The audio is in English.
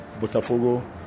Botafogo